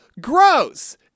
gross